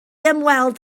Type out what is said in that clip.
ymweld